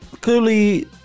clearly